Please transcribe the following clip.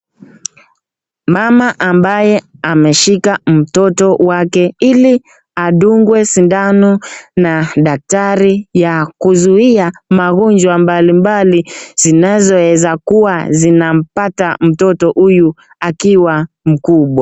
Mama ambaye ameshika mtoto wake ili andungwe shindano na dakitari ya kuzuiya magonjwa mbali mbali zinazoeza kuwa zinampata mtoto huyu akiwa mkubwa.